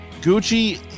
gucci